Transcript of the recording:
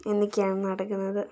ഇതൊക്കെയാണ് നടക്കുന്നത്